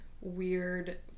weird